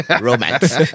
Romance